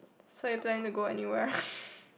so you planning to go anywhere